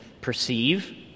perceive